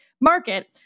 market